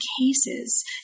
cases